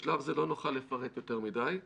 בשלב זה לא נוכל לפרט יותר מדי.